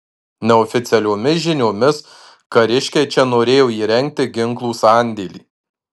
neoficialiomis žiniomis kariškiai čia norėjo įrengti ginklų sandėlį